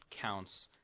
counts